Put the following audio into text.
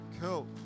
Cool